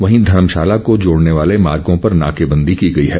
वहीं धर्मशाला को जोड़ने वाले मागों पर नाकेबंदी की गई है